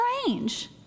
strange